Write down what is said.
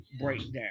breakdown